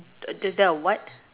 uh there's there a what